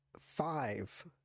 five